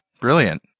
Brilliant